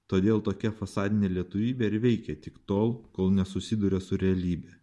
todėl tokia fasadinė lietuvybė ir veikia tik tol kol nesusiduria su realybe